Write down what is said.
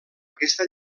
aquesta